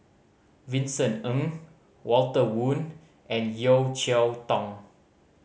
Vincent Ng Walter Woon and Yeo Cheow Tong